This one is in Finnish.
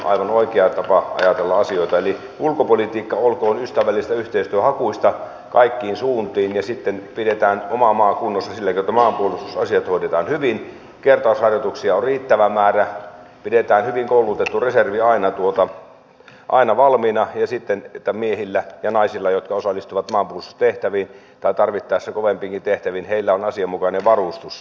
se on silloin aivan oikea tapa ajatella asioita eli ulkopolitiikka olkoon ystävällistä ja yhteistyöhakuista kaikkiin suuntiin ja sitten pidetään oma maa kunnossa sillä keinoin että maanpuolustusasiat hoidetaan hyvin kertausharjoituksia on riittävä määrä hyvin koulutettu reservi pidetään aina valmiina ja miehillä ja naisilla jotka osallistuvat maanpuolustustehtäviin tai tarvittaessa kovempiinkin tehtäviin on asianmukainen varustus